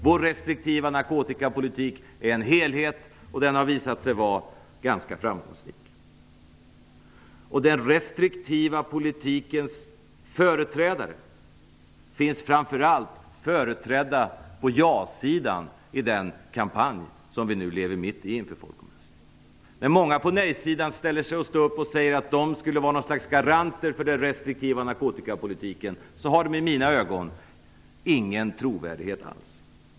Vår restriktiva narkotikapolitik är en helhet, och den har visat sig vara ganska framgångsrik. Den restriktiva politikens företrädare finns framför allt på ja-sidan i den kampanj som vi nu lever mitt i inför folkomröstningen. När många på nej-sidan ställer sig upp och säger att de skulle vara något slags garanter för den restriktiva narkotikapolitiken har de i mina ögon ingen trovärdighet alls.